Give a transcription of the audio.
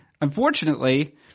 Unfortunately